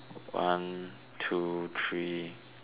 one two three